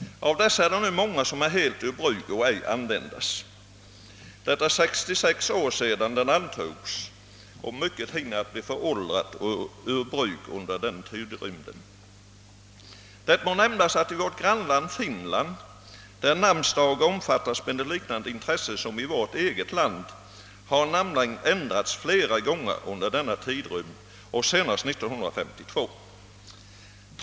Av namnen i den nuvarande namnlängden är det många som inte alls används längre; det är ju också 66 år sedan namnlängden antogs, och mycket har självfallet hunnit bli föråldrat. Det må nämnas att i vårt grannland Finland — där namnsdagarna ägnas ungefär samma intresse som i vårt land — har namnlängden ändrats flera gånger under 1900-talet och senast år 1952. Herr talman!